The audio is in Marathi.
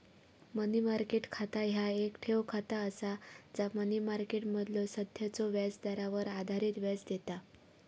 मनी मार्केट खाता ह्या येक ठेव खाता असा जा मनी मार्केटमधलो सध्याच्यो व्याजदरावर आधारित व्याज देता